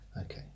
Okay